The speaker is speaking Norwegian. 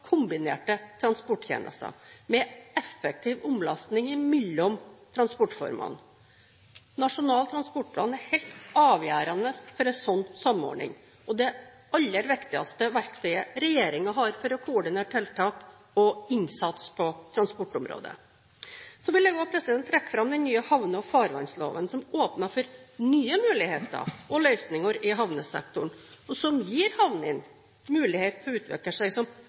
kombinerte transporttjenester med effektiv omlasting mellom transportformene. Nasjonal transportplan er helt avgjørende for en sånn samordning og det aller viktigste verktøyet regjeringen har for å koordinere tiltak og innsats på transportområdet. Jeg vil også trekke fram den nye havne- og farvannsloven som åpner for nye muligheter og løsninger i havnesektoren, og som gir havnene mulighet til å utvikle seg som